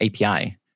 API